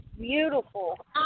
beautiful